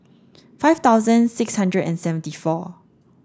five thousand six hundred and seventy four